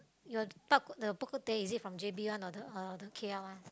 you told the Bak-kut-teh is it from J_B one or the uh K_L one